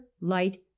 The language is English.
light